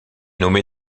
nommé